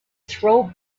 throw